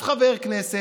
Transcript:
לשום חבר כנסת,